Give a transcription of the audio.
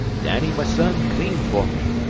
danny, my son, clean for me.